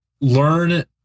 learn